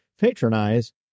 patronize